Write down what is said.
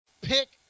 Pick